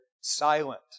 silent